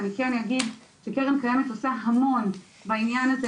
אני כן יגיד שקרן קיימת עושה המון בעניין הזה,